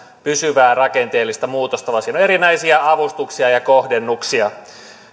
pysyvää rakenteellista muutosta vaan siinä on erinäisiä avustuksia ja kohdennuksia